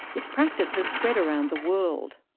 its practice has spread around the world.